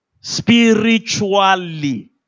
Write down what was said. Spiritually